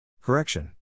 Correction